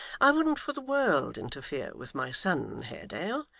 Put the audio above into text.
i wouldn't for the world interfere with my son, haredale,